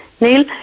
Neil